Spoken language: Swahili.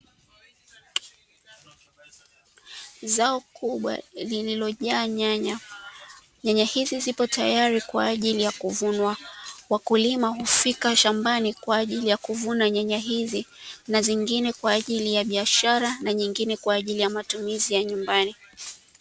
Zao kubwa lililojaa nyanya, nyanya hizi zipo tayari kwa ajili ya kuvunwa, wakulima hufika shambani kwa ajili ya kuvuna nyanya hizi, na zingine kwa ajili ya.biashara na nyingine kwa ajili ya matumizi ya nyumbani.